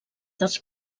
dels